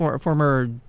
former